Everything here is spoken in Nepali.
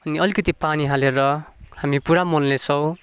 अनि अलिकति पानी हालेर हामी पुरा मोल्ने छौँ